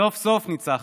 סוף-סוף ניצחנו.